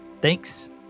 Thanks